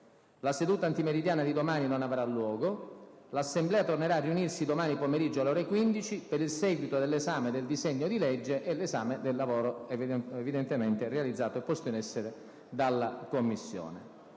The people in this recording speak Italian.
La seduta antimeridiana di domani non avraluogo. L’Assemblea tornera a riunirsi domani pomeriggio, alle ore 15, per il seguito dell’esame dei disegni di legge in titolo e del lavoro posto in essere dalla Commissione.